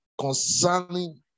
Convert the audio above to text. concerning